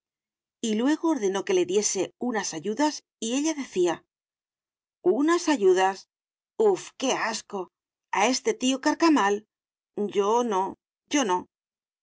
y luego ordenó que le diese unas ayudas y ella decía unas ayudas uf qué asco a este tío carcamal yo no yo no